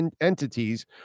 entities